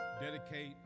dedicate